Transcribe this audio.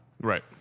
Right